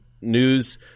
news